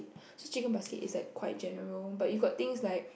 this chicken basket is like quite general but you got things like